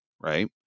Right